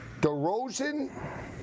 DeRozan